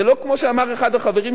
זה לא כמו שאמר אחד החברים,